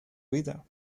vida